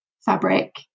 fabric